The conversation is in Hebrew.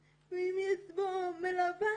יותר לעובדים הסוציאליים, נכון ציטטתי?